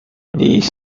these